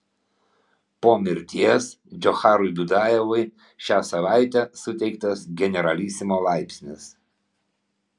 po mirties džocharui dudajevui šią savaitę suteiktas generalisimo laipsnis